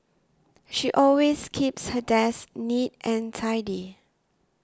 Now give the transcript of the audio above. she always keeps her desk neat and tidy